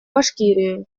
башкирию